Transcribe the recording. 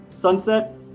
sunset